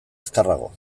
azkarrago